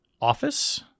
office